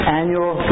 annual